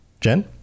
Jen